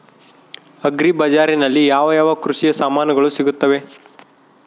Agri ಬಜಾರಿನಲ್ಲಿ ಯಾವ ಯಾವ ಕೃಷಿಯ ಸಾಮಾನುಗಳು ಸಿಗುತ್ತವೆ?